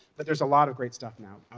but there's a lot of great stuff now.